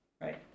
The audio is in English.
right